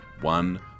one